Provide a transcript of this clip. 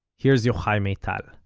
here's yochai maital.